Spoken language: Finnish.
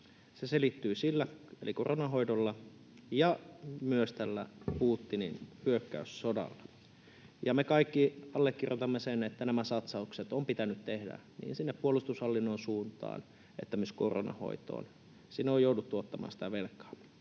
Se selittyy sillä eli koronan hoidolla ja myös tällä Putinin hyökkäyssodalla, ja me kaikki allekirjoitamme sen, että nämä satsaukset on pitänyt tehdä niin sinne puolustushallinnon suuntaan kuin myös koronan hoitoon. Sinne on jouduttu ottamaan sitä velkaa.